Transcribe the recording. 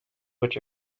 which